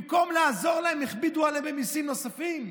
במקום לעזור להם, הכבידו עליהם במיסים נוספים.